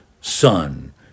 Son